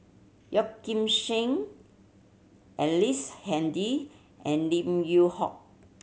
Yeoh Ghim Seng Ellice Handy and Lim Yew Hock